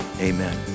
amen